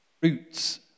roots